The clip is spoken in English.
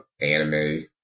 anime